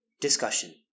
Discussion